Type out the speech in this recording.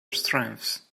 strengths